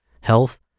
health